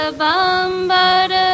bambara